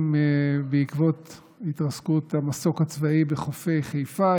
בעקבות התרסקות המסוק הצבאי בחופי חיפה.